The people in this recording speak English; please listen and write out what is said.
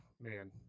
man